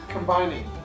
Combining